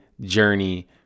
journey